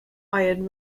iron